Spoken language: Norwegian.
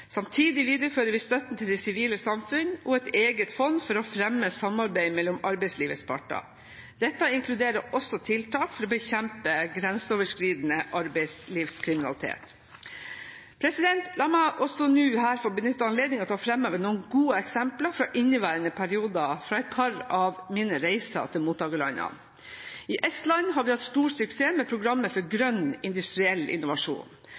Samtidig viderefører vi støtten til det sivile samfunn og et eget fond for å fremme samarbeid mellom arbeidslivets parter. Dette inkluderer også tiltak for å bekjempe grenseoverskridende arbeidslivskriminalitet. La meg også nå her få benytte anledningen til å framheve noen gode eksempler fra inneværende periode, fra et par av mine reiser til mottakerlandene. I Estland har vi hatt stor suksess med programmet Grønn Industriell Innovasjon.